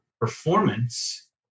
performance